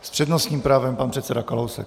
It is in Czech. S přednostním právem pan předseda Kalousek.